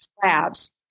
slabs